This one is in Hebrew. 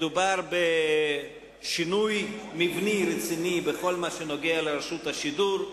מדובר בשינוי מבני רציני בכל מה שקשור לרשות השידור.